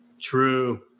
True